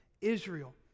Israel